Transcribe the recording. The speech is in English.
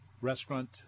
restaurant